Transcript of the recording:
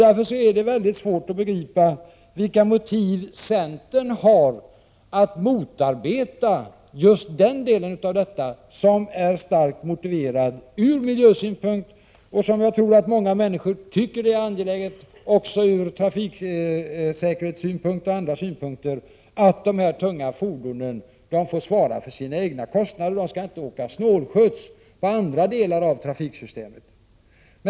Därför är det väldigt svårt att begripa vilka motiv centern har att motarbeta just denna del av förslaget, som ju är starkt motiverad från miljösynpunkt. Jag tror att många människor tycker att det är angeläget också från trafiksäkerhetssynpunkt och från andra synpunkter att de tunga fordonen får svara för sina egna kostnader. De skall inte åka snålskjuts på andra delar av trafiksystemet.